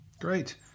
Great